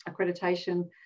accreditation